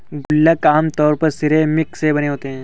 गुल्लक आमतौर पर सिरेमिक से बने होते हैं